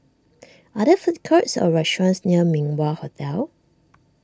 are there food courts or restaurants near Min Wah Hotel